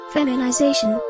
Feminization